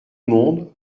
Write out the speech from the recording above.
mondes